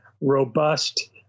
robust